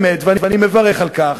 באמת, ואני מברך על כך,